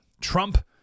Trump